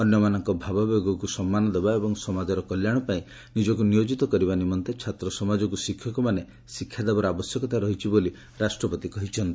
ଅନ୍ୟମାନଙ୍କ ଭାବାବେଗକୁ ସମ୍ମାନ ଦେବା ଏବଂ ସମାଜର କଲ୍ୟାଣ ପାଇଁ ନିଜକୁ ନିୟୋକିତ କରିବା ନିମନ୍ତେ ଛାତ୍ର ସମାଜକୁ ଶିକ୍ଷକମାନେ ଶିକ୍ଷା ଦେବାର ଆବଶ୍ୟକତା ରହିଛି ବୋଲି ରାଷ୍ଟ୍ରପତି କହିଚ୍ଛନ୍ତି